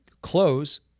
Close